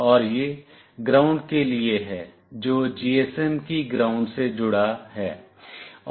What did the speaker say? और यह ग्राउंड के लिए है जो GSM की ग्राउंड से जुड़ा है